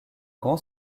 grand